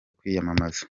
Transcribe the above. kwiyamamaza